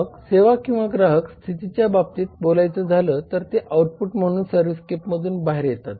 मग सेवा किंवा ग्राहक स्थितीच्या बाबतीत बोलायचं झालं तर ते आउटपुट म्हणून सर्व्हिसस्केपमधून बाहेर येतात